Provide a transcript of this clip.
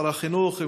שר החינוך,